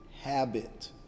habit